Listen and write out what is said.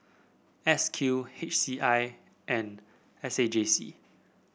S Q H C I and S A J C